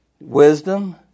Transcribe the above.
wisdom